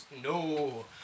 No